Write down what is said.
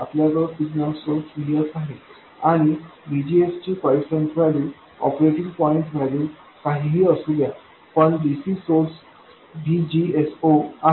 आपल्याजवळ signal source Vs आहे आणि VGS ची quiescent value operating point value काहीही असू द्या पण dc सोर्स VGS0 आहे